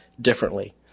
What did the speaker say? differently